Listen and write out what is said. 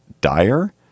dire